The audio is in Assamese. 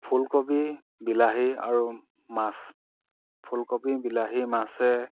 ফুলকবি বিলাহী আৰু মাছ ফুলকবি বিলাহী মাছে